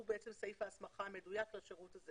הוא בעצם סעיף ההסמכה המדויק לשירות הזה